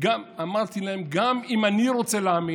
אמרתי להם: גם אם אני רוצה להאמין,